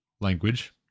language